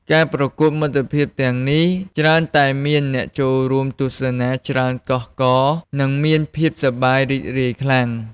ការប្រកួតមិត្តភាពទាំងនេះច្រើនតែមានអ្នកចូលរួមទស្សនាច្រើនកុះករ និងមានភាពសប្បាយរីករាយខ្លាំង។